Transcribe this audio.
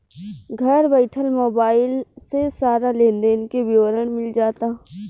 घर बइठल मोबाइल से सारा लेन देन के विवरण मिल जाता